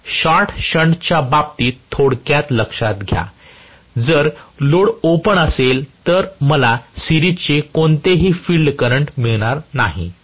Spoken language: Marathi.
कृपया शॉर्ट शंट च्या बाबतीत थोडक्यात लक्षात घ्या जर लोड ओपन असेल तर मला सिरिज चे कोणतेही फील्ड करंट मिळणार नाही